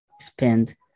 spend